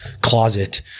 closet